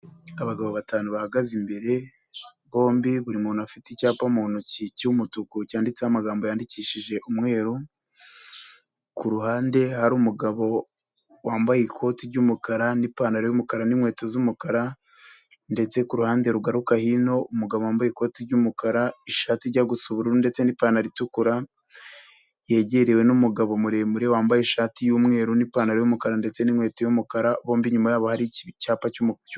Abagabo batanu bahagaze imbere. Bombi buri muntu afite icyapa mu ntoki cy'umutuku cyanditseho amagambo yandikishije umweru. Kuruhande hari umugabo wambaye ikoti ry'umukara n'ipantaro y'umukara n'inkweto z'umukara ndetse kuruhande rugaruka hino, umugabo wambaye ikoti ry'umukara, ishati ijya gusa ubururu ndetse n'ipantaro itukura. Yegerewe n'umugabo muremure wambaye ishati y'umweru n'ipantaro y'umukara ndetse n'inkweto y'umukara. Bombi inyuma yabo hari icyapa cy'umutuku.